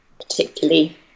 particularly